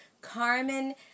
Carmen